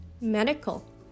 Medical